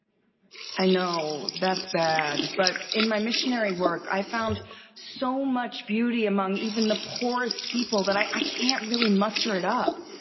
i know, that's bad, but in my missionary work, i've found so much beauty among even the poorest people that i can't really muster it up.